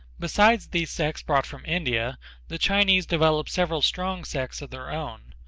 besides the sects brought, from india the chinese developed several strong sects of their own.